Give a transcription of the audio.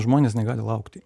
žmonės negali laukti